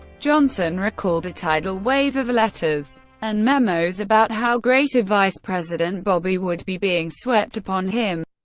johnson recalled a tidal wave of letters and memos about how great a vice president bobby would be being swept upon him,